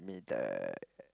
me the